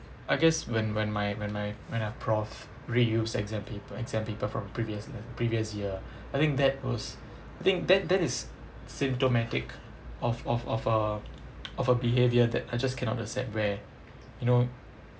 I guess when when my when my when a professor reuse exam paper exam paper from previous previous year I think that was I think that that is symptomatic of of of a of a behavior that I just cannot accept where you know